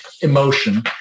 emotion